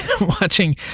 watching